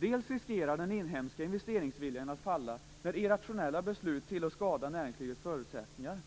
Dels riskerar den inhemska investeringsviljan att minska när irrationella beslut tillåts skada näringslivets förutsättningar.